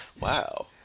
Wow